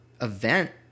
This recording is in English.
event